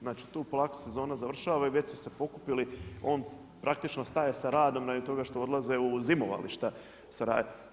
Znači tu polako sezona završava i već su se pokupili, on praktično staje sa radom radi toga što odlaze u zimovališta raditi.